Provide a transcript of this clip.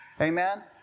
amen